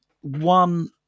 One